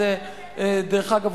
דרך אגב,